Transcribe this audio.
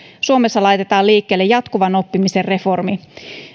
suomessa laitetaan liikkeelle jatkuvan oppimisen reformi